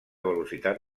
velocitat